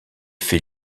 fait